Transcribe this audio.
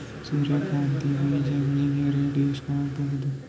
ಸೂರ್ಯ ಕಾಂತಿ ಬೀಜ ಬೆಳಿಗೆ ರೇಟ್ ಎಷ್ಟ ಆಗಬಹುದು?